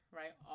right